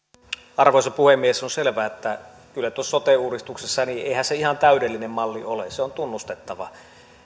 arvoisa puhemies on selvää ettei tuossa sote uudistuksessa kyllä ihan täydellinen malli ole se on tunnustettava